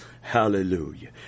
hallelujah